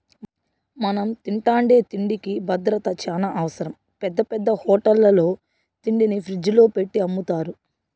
మనం తింటాండే తిండికి భద్రత చానా అవసరం, పెద్ద పెద్ద హోటళ్ళల్లో తిండిని ఫ్రిజ్జుల్లో పెట్టి అమ్ముతారు